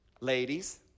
ladies